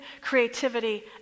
creativity